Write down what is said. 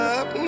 up